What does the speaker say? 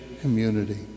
community